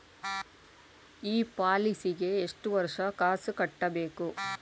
ಈ ಪಾಲಿಸಿಗೆ ಎಷ್ಟು ವರ್ಷ ಕಾಸ್ ಕಟ್ಟಬೇಕು?